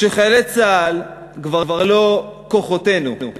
כשחיילי צה"ל כבר לא "כוחותינו",